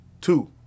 two